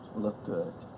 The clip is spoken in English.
look good.